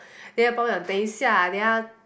then 我爸爸讲等一下